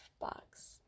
box